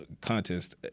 contest